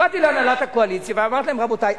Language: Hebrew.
באתי להנהלת הקואליציה ואמרתי להם: רבותי,